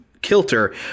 Kilter